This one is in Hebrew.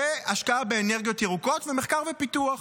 השקעה באנרגיות ירוקות ומחקר ופיתוח.